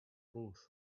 both